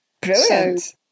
Brilliant